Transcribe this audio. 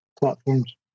platforms